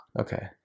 Okay